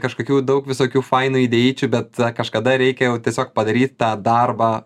kažkokių daug visokių fainų idėjyčių bet kažkada reikia jau tiesiog padaryt tą darbą